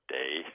day